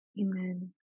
Amen